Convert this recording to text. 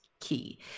key